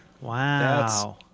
Wow